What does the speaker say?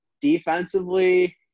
defensively